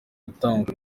gukanguka